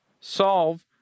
solve